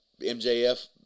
MJF